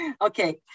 Okay